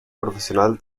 profesional